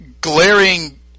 glaring